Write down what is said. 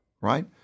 right